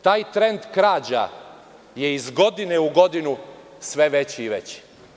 Taj trend krađa je iz godine u godinu sve veći i veći.